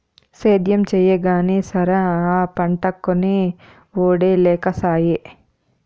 సేద్యం చెయ్యగానే సరా, ఆ పంటకొనే ఒడే లేకసాయే